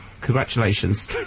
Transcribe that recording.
Congratulations